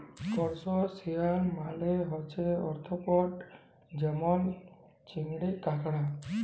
করসটাশিয়াল মালে হছে আর্থ্রপড যেমল চিংড়ি, কাঁকড়া